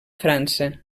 frança